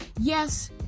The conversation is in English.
yes